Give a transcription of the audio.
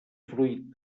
fruit